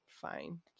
fine